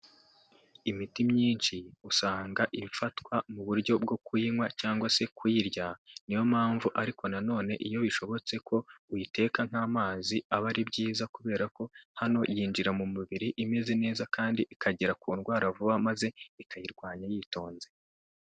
Imiti myinshi usanga ifatwa mu buryo bwo kuyinywa cyangwa se kuyirya, ni yo mpamvu ariko na nonene iyo bishobotse ko uyiteka nk'amazi aba ari byiza, kubera ko hano yinjira mu mubiri imeze neza kandi ikagera ku ndwara vuba maze ikayirwanya yitonze.